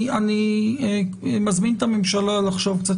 אני מזמין את הממשלה לחשוב בצורה קצת